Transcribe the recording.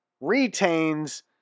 retains